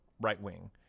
right-wing